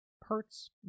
hertz